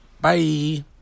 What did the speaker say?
bye